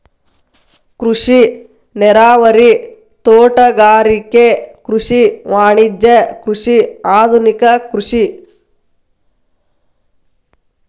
ಕೃಷಿ ನೇರಾವರಿ, ತೋಟಗಾರಿಕೆ ಕೃಷಿ, ವಾಣಿಜ್ಯ ಕೃಷಿ, ಆದುನಿಕ ಕೃಷಿ